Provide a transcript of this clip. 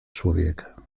człowieka